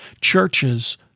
Churches